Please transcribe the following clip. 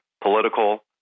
political